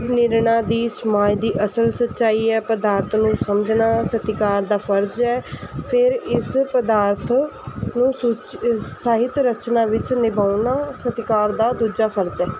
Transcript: ਨਿਰਣਾ ਦੀ ਸਮਾਜ ਦੀ ਅਸਲ ਸੱਚਾਈ ਹੈ ਪਦਾਰਥ ਨੂੰ ਸਮਝਣਾ ਸਤਿਕਾਰ ਦਾ ਫਰਜ਼ ਹੈ ਫਿਰ ਇਸ ਪਦਾਰਥ ਨੂੰ ਸੂਚੀ ਸਾਹਿਤ ਰਚਨਾ ਵਿੱਚ ਨਿਭਾਉਣਾ ਸਤਿਕਾਰ ਦਾ ਦੂਜਾ ਫਰਜ਼ ਹੈ